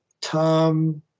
Tom